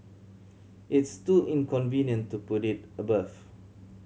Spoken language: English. it's too inconvenient to put it above